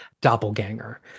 doppelganger